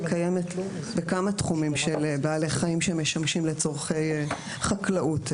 היא קיימת בכמה תחומים של בעלי חיים שמשמשים לצרכי חקלאות.